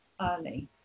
early